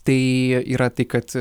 tai yra tai kad